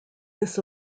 this